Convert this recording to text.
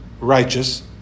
righteous